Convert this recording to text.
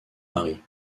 marie